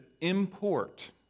import